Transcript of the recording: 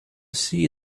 see